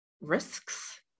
risks